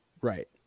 Right